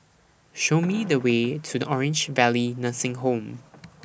Show Me The Way to Orange Valley Nursing Home